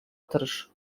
тырыш